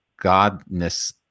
godness